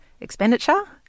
expenditure